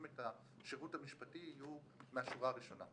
את השירות המשפטי יהיו מהשורה הראשונה.